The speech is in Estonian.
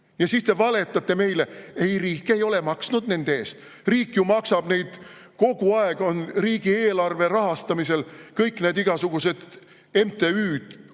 Ja siis te valetate meile: ei, riik ei ole maksnud nende eest. Riik ju maksab nende eest. Kogu aeg on riigieelarve rahastamisel kõik need igasugused MTÜ-d,